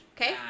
Okay